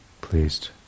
Pleased